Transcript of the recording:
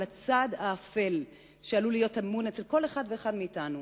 "הצד האפל" שעלול להיות טמון אצל כל אחד ואחד מאתנו,